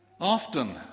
Often